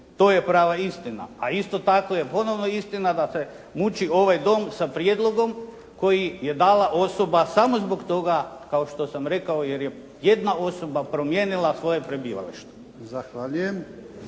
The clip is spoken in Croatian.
To je prava istina. A isto tako je ponovno istina da se muči ovaj Dom sa prijedlogom koji je dala osoba samo zbog toga, kao što sam rekao, jer je jedna osoba promijenila svoje prebivalište.